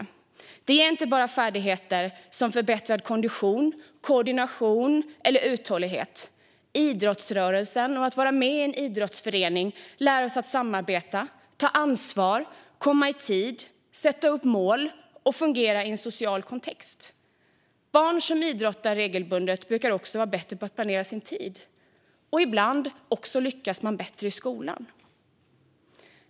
Idrotten ger inte bara färdigheter som förbättrad kondition, koordination och uthållighet. Idrottsrörelsen och detta att vara med i en idrottsförening lär oss att samarbeta, ta ansvar, komma i tid, sätta upp mål och fungera i en social kontext. Barn som idrottar regelbundet brukar också vara bättre på att planera sin tid, och ibland lyckas de också bättre i skolan.